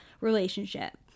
relationship